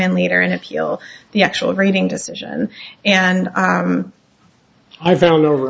in leader and appeal the actual rating decision and i don't know